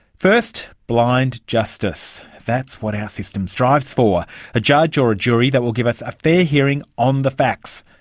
first, blind justice. that's what our system strives for a judge or a jury that will give us a fair hearing on the facts,